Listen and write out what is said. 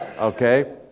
Okay